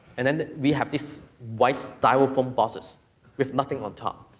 and then we have these white styrofoam boxes with nothing on top.